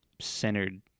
centered